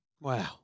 Wow